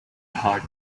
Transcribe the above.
heart